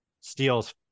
steals